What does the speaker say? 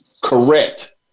Correct